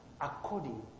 according